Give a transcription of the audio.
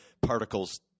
particles